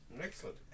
Excellent